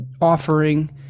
offering